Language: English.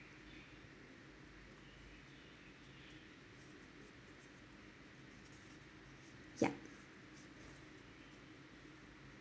yup